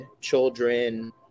children